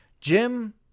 Jim